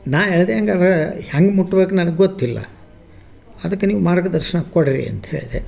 ನಾ ಹೇಳ್ದೆ ಹಂಗಾರೆ ಹೆಂಗೆ ಮುಟ್ಬೇಕು ನನ್ಗೆ ಗೊತ್ತಿಲ್ಲ ಅದಕ್ಕೆ ನೀವು ಮಾರ್ಗದರ್ಶನ ಕೊಡಿರಿ ಅಂತ ಹೇಳಿದೆ